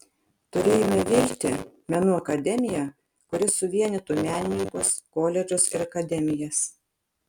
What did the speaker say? turėjome viltį menų akademiją kuri suvienytų menininkus koledžus ir akademijas